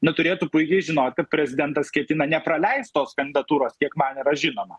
na turėtų puikiai žinot kad prezidentas ketina nepraleist tos kandidatūros kiek man yra žinoma